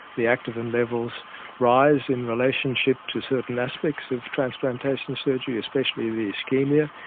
the activin levels rise in relationship to certain aspects of transplantation surgery, especially the ischemia.